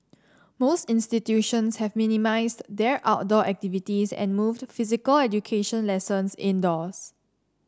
most institutions have minimised their outdoor activities and moved physical education lessons indoors